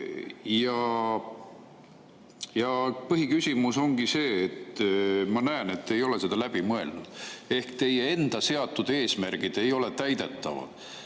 Põhiküsimus ongi see, et ma näen, et te ei ole seda läbi mõelnud. Teie enda seatud eesmärgid ei ole täidetavad.